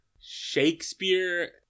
Shakespeare